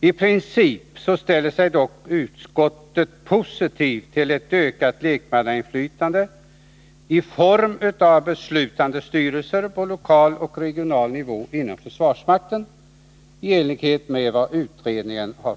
I princip ställer sig dock utskottet positivt till ett ökat lekmannainflytande i form av beslutande styrelser på lokal och regional nivå inom försvarsmakten i enlighet med utredningens förslag.